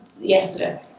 yesterday